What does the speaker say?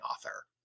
author